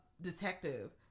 detective